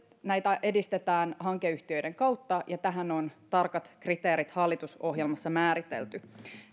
näitä kolmea isoa kokonaisuutta edistetään hankeyhtiöiden kautta ja tähän on tarkat kriteerit hallitusohjelmassa määritelty